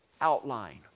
outline